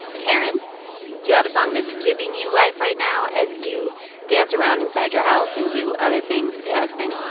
karen, do you have a song that's giving you life right now as you dance around inside your house and do other things with your husband?